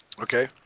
Okay